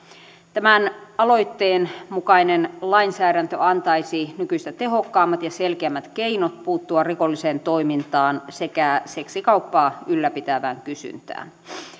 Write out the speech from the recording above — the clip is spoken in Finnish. tämän aloitteen mukainen lainsäädäntö antaisi nykyistä tehokkaammat ja selkeämmät keinot puuttua rikolliseen toimintaan sekä seksikauppaa ylläpitävään kysyntään